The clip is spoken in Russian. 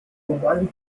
глобальных